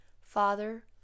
Father